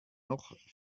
noch